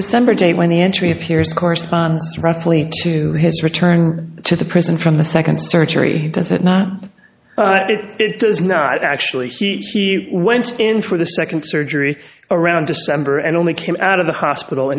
december date when the entry appears corresponds roughly to his return to the prison from the second surgery does it not it does not actually he went in for the second surgery around december and only came out of the hospital